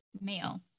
male